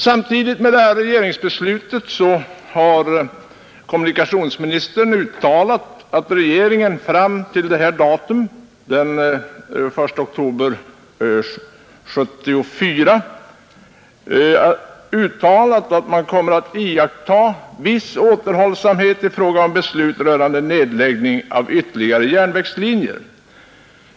Samtidigt med det här regeringsbeslutet har kommunikationsministern uttalat att regeringen fram till den 1 oktober 1974 kommer att iaktta viss återhållsamhet i fråga om beslut rörande ytterligare nedläggning av järnvägslinjer.